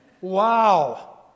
Wow